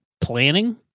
planning